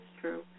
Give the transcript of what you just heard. true